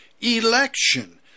election